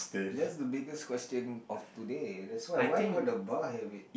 that's the biggest question of today that's why why would the bar have it